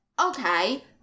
okay